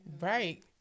Right